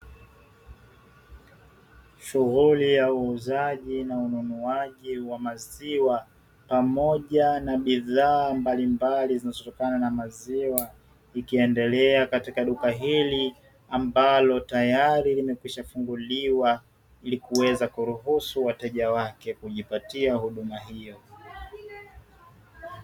Shughuli ya uuzaji na ununuaji wa maziwa pamoja na bidhaa mbalimbali zinazotokana na maziwa, ikiendelea katika duka hili ambalo tayari limekwishafunguliwa ili kuweza kuruhusu wateja wake kujipatia huduma hiyo.